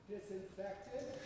Disinfected